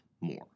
more